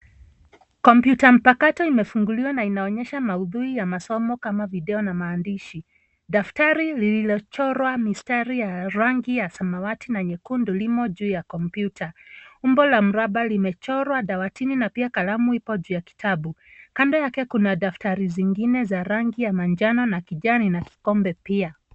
Kompyuta mpakato imefunguliwa na inaonyesha maudhuiya masomo kama video na maandishi. Daftari lililochorwa mistari ya rangi ya samawati na nyekundu limo juu ya kompyuta. Umbo la mraba limechorwa dawatini na pia kalamu ipo juu ya vitabu. Kando yake kuna daktari zingine za rangi ya manjano na kijani na kikombe pia.